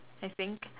I think